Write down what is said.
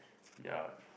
ya